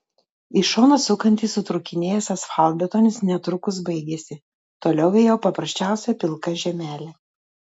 į šoną sukantis sutrūkinėjęs asfaltbetonis netrukus baigėsi toliau ėjo paprasčiausia pilka žemelė